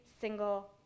single